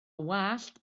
wallt